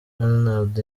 donald